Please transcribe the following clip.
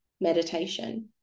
meditation